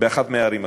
באחת מהערים הגדולות,